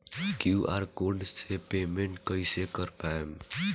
QR code से payment कईसे कर पाएम?